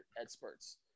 experts